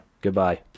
Goodbye